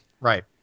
Right